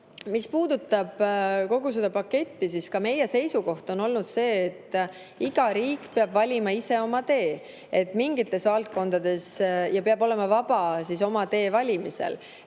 Mis puudutab kogu seda paketti, siis ka meie seisukoht on olnud see, et iga riik peab valima ise oma tee ja peab olema vaba oma tee valimisel.